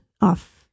off